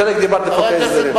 כרגע דיברתי על חוק ההסדרים.